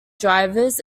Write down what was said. drivers